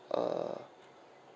err